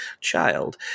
child